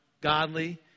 godly